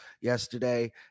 yesterday